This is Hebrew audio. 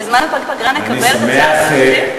בזמן הפגרה נקבל את הצעת התקציב?